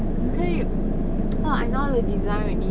你可以 !wah! I now the design already